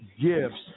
gifts